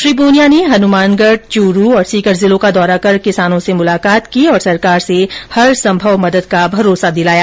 श्री पूनियां ने हनुमानगढ़ चुरू और सीकर जिलों का दौरा कर किसानों से मुलाकात की और सरकार से हरसंमव मदद का भरोसा दिलाया